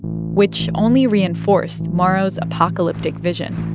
which only reinforced mauro's apocalyptic vision.